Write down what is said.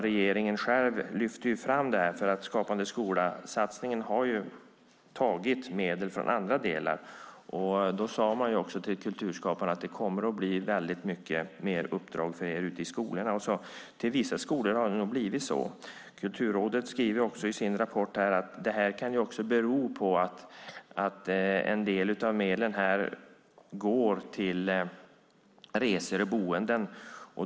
Regeringen själv lyfter fram detta, för Skapande skola-satsningen har ju tagit medel från andra delar. Då sade man också till kulturskaparna att det kommer att bli väldigt mycket mer uppdrag för er ute i skolorna, och i vissa skolor har det nog blivit så. Kulturrådet skriver också i sin rapport att detta kan bero på att en del av medlen går till resor och boenden.